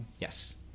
Yes